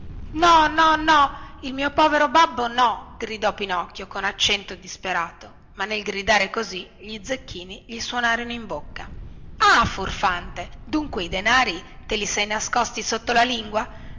no no no il mio povero babbo no gridò pinocchio con accento disperato ma nel gridare così gli zecchini gli suonarono in bocca ah furfante dunque i denari te li sei nascosti sotto la lingua